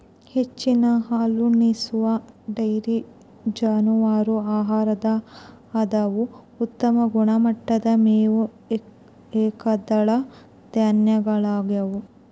ಹೆಚ್ಚಿನ ಹಾಲುಣಿಸುವ ಡೈರಿ ಜಾನುವಾರು ಆಹಾರದ ಆಧಾರವು ಉತ್ತಮ ಗುಣಮಟ್ಟದ ಮೇವು ಏಕದಳ ಧಾನ್ಯಗಳಗ್ಯವ